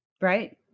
right